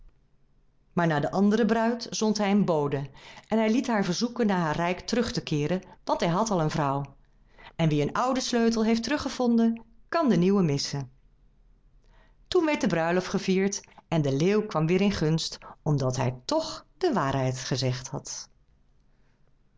maar naar de andere bruid zond hij een bode en hij liet haar verzoeken naar haar rijk terug te keeren want hij had al een vrouw en wie een oude sleutel heeft teruggevonden kan de nieuwe missen toen werd de bruiloft gevierd en de leeuw kwam weer in gunst omdat hij toch de waarheid gezegd had